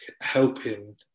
helping